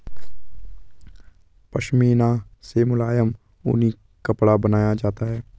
पशमीना से मुलायम ऊनी कपड़ा बनाया जाता है